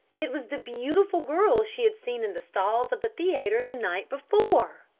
it was the beautiful girl she had seen in the stalls of the theatre the night before!